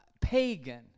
pagan